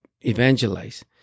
evangelize